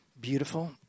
beautiful